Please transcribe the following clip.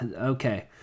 Okay